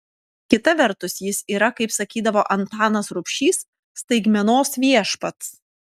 kita vertus jis yra kaip sakydavo antanas rubšys staigmenos viešpats